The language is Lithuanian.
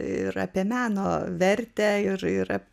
ir apie meno vertę ir yra